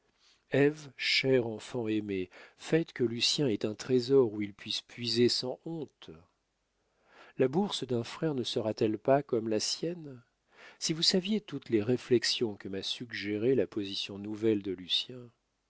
cher enfant aimée faites que lucien ait un trésor où il puisse puiser sans honte la bourse d'un frère ne sera-t-elle pas comme la sienne si vous saviez toutes les réflexions que m'a suggérées la position nouvelle de lucien